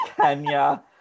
Kenya